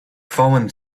fallen